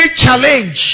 challenge